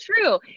true